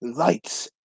Lights